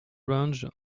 range